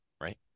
right